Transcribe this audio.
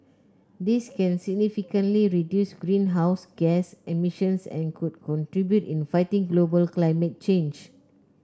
this can significantly reduce greenhouse gas emissions and could contribute in fighting global climate change